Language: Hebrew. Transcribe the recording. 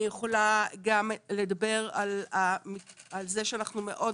אני יכולה גם לדבר על זה שאנחנו מאוד